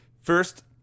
first